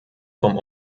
vom